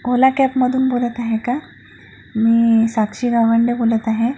ओला कॅबमधून बोलत आहे का मी साक्षी गावंडे बोलत आहे